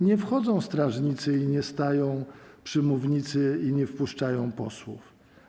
Nie wchodzą strażnicy, nie stają przy mównicy i nie wpuszczają posłów.